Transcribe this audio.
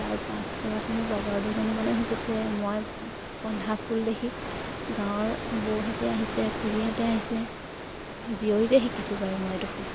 তাৰ পাছত মোৰ লগৰ দুজনীমানে সুধিছে মই বন্ধা ফুল দেখি গাঁৱৰ বৌহেতে আহিছে খুৰীহেঁতে আহিছে জীয়ৰীতে শিকিছোঁ বাৰু মই এইটো ফুল